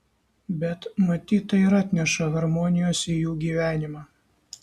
bet matyt tai ir atneša harmonijos į jų gyvenimą